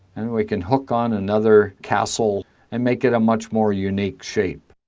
and we can hook on another castle and make it a much more unique shape.